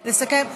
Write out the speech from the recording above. לסכם?